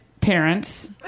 parents